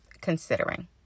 considering